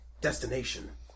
destination